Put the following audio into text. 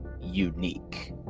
unique